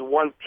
one